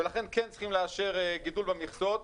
ולכן כן צריך לאשר גידול במכסות.